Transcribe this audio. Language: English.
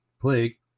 plague